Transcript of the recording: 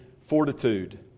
fortitude